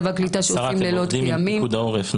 והקליטה שעובדים לילות כימים --- אתם עובדים עם פיקוד העורף,